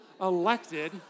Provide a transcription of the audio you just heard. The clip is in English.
elected